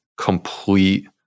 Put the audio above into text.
complete